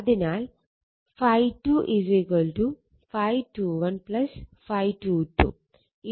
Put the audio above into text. അതിനാൽ ∅2 ∅21 ∅22